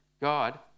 God